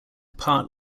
part